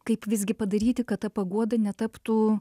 kaip visgi padaryti kad ta paguoda netaptų